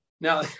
Now